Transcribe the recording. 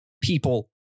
people